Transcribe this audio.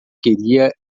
queria